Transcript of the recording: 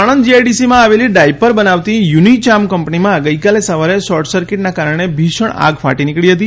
સાણંદ જીઆઈડીસીમાં આવેલી ડાયપર બનાવતી યુનિયાર્મ કંપનીમાં ગઈકાલે સવારે શોર્ટસર્કિટના કારણે ભીષણ આગ ફાટી નીકળી હતી